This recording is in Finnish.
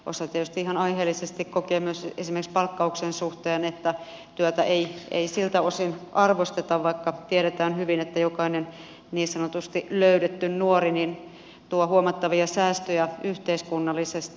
osa tietysti ihan aiheellisesti kokee myös esimerkiksi palkkauksen suhteen että työtä ei siltä osin arvosteta vaikka tiedetään hyvin että jokainen niin sanotusti löydetty nuori tuo huomattavia säästöjä yhteiskunnallisesti